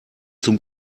zum